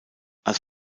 als